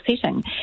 setting